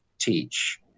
teach